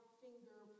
finger